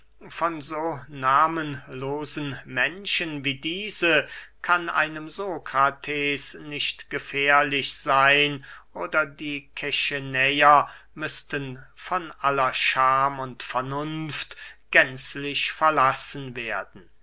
so nahmenlosen menschen wie diese kann einem sokrates nicht gefährlich seyn oder die kechenäer müßten von aller scham und vernunft gänzlich verlassen werden